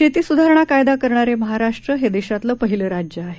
शेती सुधारणा कायदा करणारे महाराष्ट्र हे देशातलं पहिलं राज्य आहे